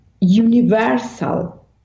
universal